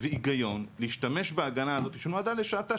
והיגיון להשתמש בהגנה הזאת שנועדה לשעתה,